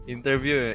Interview